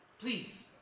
please